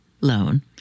loan